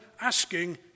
asking